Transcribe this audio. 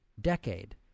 decade